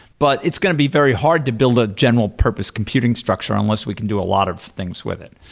but it's going to be very hard to build a general-purpose computing structure unless we can do a lot of things with it.